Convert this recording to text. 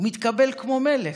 הוא מתקבל כמו מלך.